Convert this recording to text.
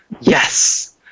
Yes